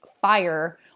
fire